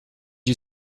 you